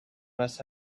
must